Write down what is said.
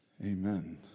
Amen